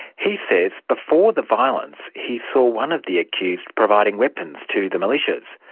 he says before the violence he saw one of the accused providing weapons to the militias.